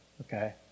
okay